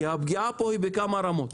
כי הפגיעה פה היא בכמה רמות.